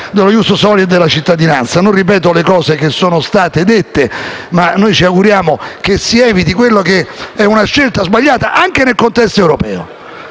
dello *ius soli* e della cittadinanza. Non ripeto quanto è stato detto, ma noi ci auguriamo che si eviti quella che è una scelta sbagliata anche nel contesto europeo.